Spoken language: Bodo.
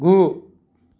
गु